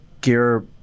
gear